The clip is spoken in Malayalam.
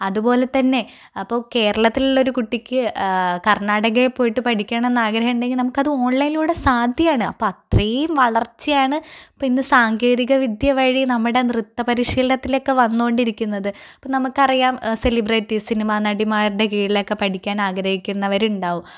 അതുപോലെതന്നെ അപ്പോൾ കേരളത്തിലുള്ള ഒരു കുട്ടിക്ക് കർണാടകയിൽ പോയിട്ട് പഠിക്കണമെന്ന് ആഗ്രഹമുണ്ടെങ്കിൽ നമുക്കത് ഓൺലൈനിലൂടെ സാധ്യമാണ് അപ്പോൾ അത്രയും വളർച്ചയാണ് ഇന്ന് സാങ്കേതിക വിദ്യ വഴി നമ്മുടെ നൃത്തപരിശീലനത്തിലക്കെ വന്നോണ്ടിരിക്കുന്നത് അപ്പം നമുക്കറിയാം സിലിബ്രിറ്റീസിനും സിനിമ നടിമാരുടെ കിഴിൽ ഒക്കെ പഠിക്കാൻ ആഗ്രഹിക്കുന്നവരുണ്ടാവും